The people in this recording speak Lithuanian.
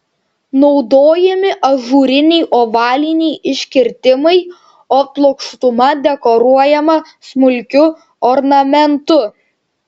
naudojami ažūriniai ovaliniai iškirtimai o plokštuma dekoruojama smulkiu ornamentu